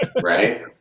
right